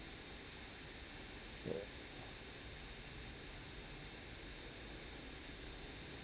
ya